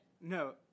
No